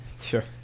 sure